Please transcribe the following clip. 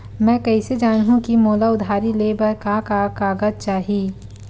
मैं कइसे जानहुँ कि मोला उधारी ले बर का का कागज चाही?